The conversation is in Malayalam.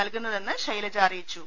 നൽകു ന്നതെന്ന് ശൈലജ അറിയിച്ചു